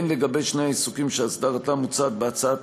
הן לגבי שני העיסוקים שהסדרתם מוצעת בהצעת